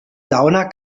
sauna